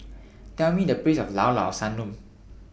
Tell Me The Place of Llao Llao Sanum